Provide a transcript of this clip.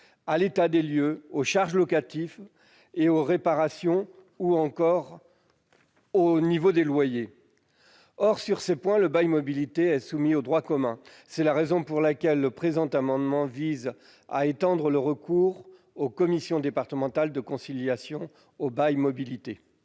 à l'état des lieux, aux charges locatives et aux réparations, ou encore au niveau des loyers. Or, sur ces points, le bail mobilité est soumis au droit commun. C'est la raison pour laquelle le présent amendement vise à étendre le recours aux commissions départementales de conciliation au bail mobilité.